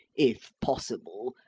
if possible,